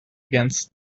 against